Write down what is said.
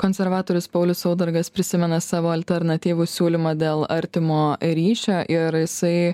konservatorius paulius saudargas prisimena savo alternatyvų siūlymą dėl artimo ryšio ir jisai